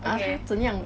啊他怎样